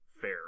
fair